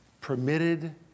permitted